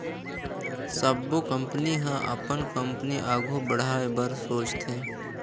सबो कंपनी ह अपन कंपनी आघु बढ़ाए बर सोचथे